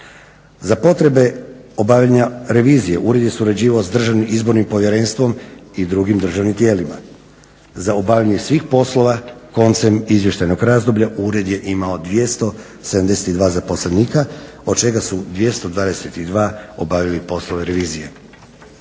Za potrebe obavljanja revizije ured je surađivao s Državnim izbornim povjerenstvom i drugim državnim tijelima. Za obavljanje svih poslova koncem izvještajnog razdoblja ured je imao 272 zaposlenika od čega su 222 obavili poslove revizije.